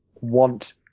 want